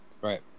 Right